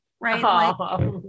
right